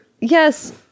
Yes